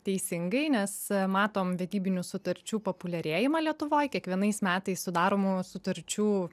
teisingai nes matom vedybinių sutarčių populiarėjimą lietuvoj kiekvienais metais sudaromų sutarčių